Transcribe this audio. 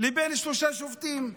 לבין שלושה שופטים,